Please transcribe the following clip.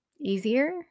easier